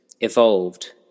evolved